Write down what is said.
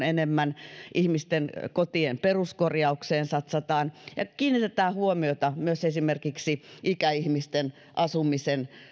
enemmän ihmisten kotien peruskorjaukseen satsataan ja kiinnitetään huomiota myös esimerkiksi ikäihmisten asumisen